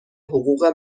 حقوق